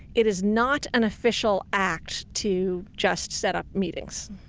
it is not an official act to just set up meetings.